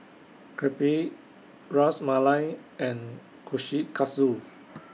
Crepe Ras Malai and Kushikatsu